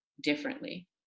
differently